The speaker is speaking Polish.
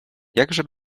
jakże